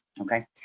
okay